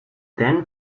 then